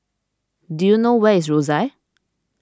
do you know where is Rosyth